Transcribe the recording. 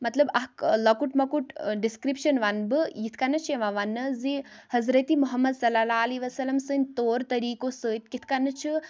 مطلب اَکھ لۄکُٹ مۄکُٹ ڈِسکرِپشَن وَنہٕ بہٕ یِتھ کَنَتھ چھِ ایِوان وَننہٕ زِ حضرتِ محمد صلی اللہ علیہِ وَسَلَم سٕنٛدۍ طور طریٖقو سۭتۍ کِتھ کَنَتھ چھِ